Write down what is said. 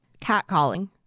Catcalling